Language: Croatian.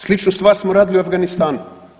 Sličnu stvar smo radili i u Afganistanu.